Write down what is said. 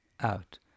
out